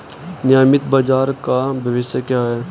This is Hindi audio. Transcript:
नियमित बाजार का भविष्य क्या है?